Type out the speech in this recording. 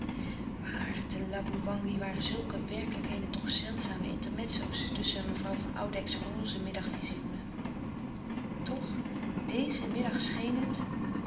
te laboewangi waren zulke werkelijkheden toch zeldzame intermezzo's tusschen mevrouw van oudijcks roze middagvizioenen toch dezen middag scheen het